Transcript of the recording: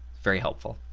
very helpful.